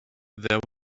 there